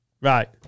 Right